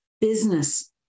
business